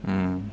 mm